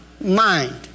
Mind